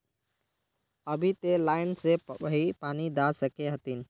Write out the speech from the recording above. अभी ते लाइन से भी पानी दा सके हथीन?